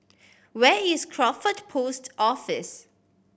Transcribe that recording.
where is Crawford Post Office